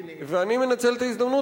אני מנצל את ההזדמנות,